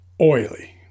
oily